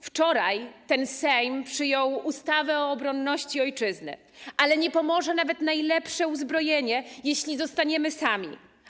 Wczoraj ten Sejm przyjął ustawę o obronie Ojczyzny, ale nie pomoże nawet najlepsze uzbrojenie, jeśli zostaniemy sami.